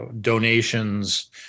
donations